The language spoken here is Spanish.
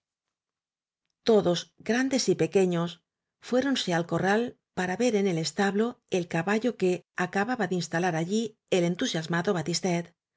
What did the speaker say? tocios grandes y pequeños fuéronse al corral para ver en el establo el caballo que acababa de instalar allí el entusiasmado batistet